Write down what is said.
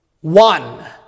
one